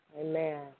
amen